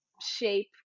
shape